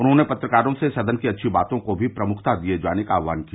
उन्होंने पत्रकारों से सदन की अच्छी बातों को भी प्रमुखता दिये जाने का आह्वान किया